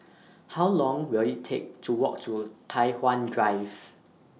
How Long Will IT Take to Walk to Tai Hwan Drive